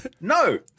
No